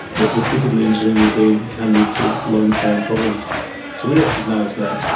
that repeatedly injuring your brain can lead to long-term problems. so we recognise that.